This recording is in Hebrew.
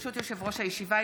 ברשות יושב-ראש הישיבה,